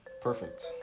Perfect